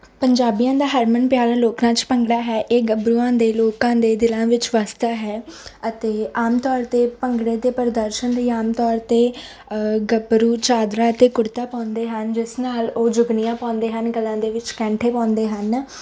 ਪੰਜਾਬੀਆਂ ਦਾ ਹਰਮਨ ਪਿਆਰਾ ਲੋਕ ਨਾਚ ਭੰਗੜਾ ਹੈ ਇਹ ਗੱਭਰੂਆਂ ਦੇ ਲੋਕਾਂ ਦੇ ਦਿਲਾਂ ਵਿੱਚ ਵੱਸਦਾ ਹੈ ਅਤੇ ਆਮ ਤੌਰ 'ਤੇ ਭੰਗੜੇ ਦੇ ਪ੍ਰਦਰਸ਼ਨ ਦੀ ਆਮ ਤੌਰ 'ਤੇ ਗੱਭਰੂ ਚਾਦਰਾਂ ਅਤੇ ਕੁੜਤਾ ਪਾਉਂਦੇ ਹਨ ਜਿਸ ਨਾਲ ਉਹ ਜੁਗਨੀਆਂ ਪਾਉਂਦੇ ਹਨ ਗਲਾਂ ਦੇ ਵਿੱਚ ਕੈਂਠੇ ਪਾਉਂਦੇ ਹਨ